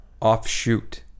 offshoot